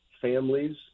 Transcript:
families